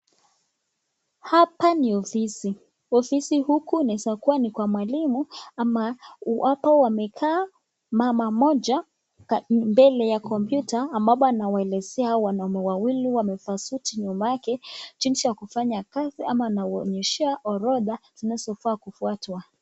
Hapa ni ofisi ofisi huku inaweza kuwa ni kwa mwalimu ama wapo wamekaa mahali pamoja mbele ya kompyuta ambapo anawaelezea wanaume wawili wamevaa suti nyuma yake jinsi ya kufanya kazi ama anawaonyeshea orodha zinazofaa kufuatwa.